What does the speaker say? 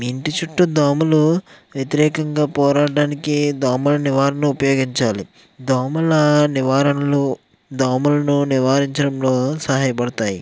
మీ ఇంటి చుట్టూ దోమలు వ్యతిరేకంగా పోరాటానికి దోమల నివారణ ఉపయోగించాలి దోమల నివారణలో దోమలను నివారించడంలో సహాయపడతాయి